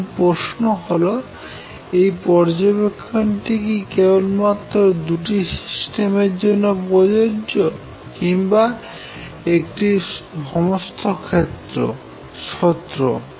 এখন প্রশ্ন হলো এই পর্যবেক্ষণটি কি কেবলমাত্র দুটি সিস্টেমের জন্য প্রযোজ্য কিংবা এটি সমস্ত ক্ষেত্রে সত্য